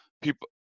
people